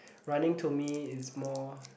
running to me is more